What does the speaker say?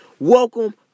Welcome